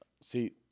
see